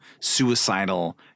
suicidal